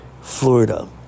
Florida